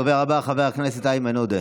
הדובר הבא, איימן עודה,